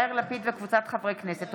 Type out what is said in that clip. יאיר לפיד וקבוצת חברי הכנסת.